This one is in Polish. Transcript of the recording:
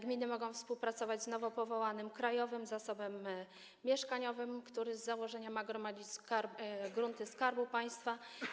Gminy mogą współpracować z nowo powołanym krajowym zasobem mieszkaniowym, który z założenia ma gromadzić grunty Skarbu Państwa.